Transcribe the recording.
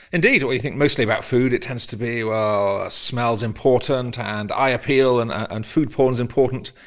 indeed. when you think mostly about food it tends to be, well, smell is important and eye appeal and and food porn is important,